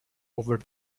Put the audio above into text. over